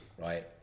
right